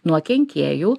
nuo kenkėjų